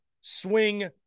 swing